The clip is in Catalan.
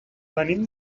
venim